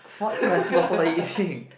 what crunchy waffles are you eating